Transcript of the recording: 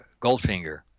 Goldfinger